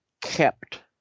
kept